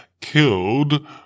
killed